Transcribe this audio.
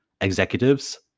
executives